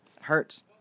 hurts